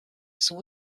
sous